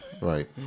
Right